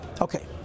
Okay